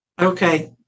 Okay